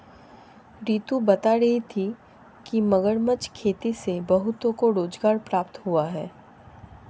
रितु बता रही थी कि मगरमच्छ खेती से बहुतों को रोजगार प्राप्त हुआ है